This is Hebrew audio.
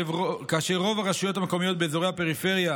ורוב הרשויות המקומיות באזורי הפריפריה